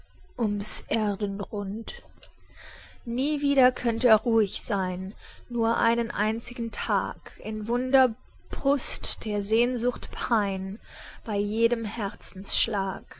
ums erdenrund nie wieder könnt er ruhig sein nur einen einzigen tag in wunder brust der sehnsucht pein bei jedem